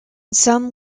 some